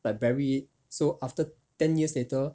by bury it so after ten years later